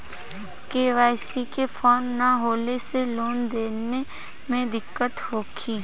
KYC के form न होले से लेन देन में दिक्कत होखी?